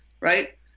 right